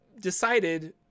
decided